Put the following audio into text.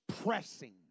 pressing